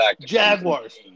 Jaguars